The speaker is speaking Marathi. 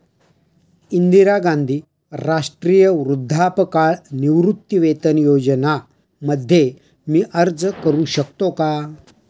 इंदिरा गांधी राष्ट्रीय वृद्धापकाळ निवृत्तीवेतन योजना मध्ये मी अर्ज का करू शकतो का?